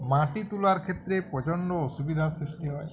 মাটি তুলার ক্ষেত্রে প্রচণ্ড অসুবিধা সৃষ্টি হয়